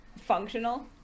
functional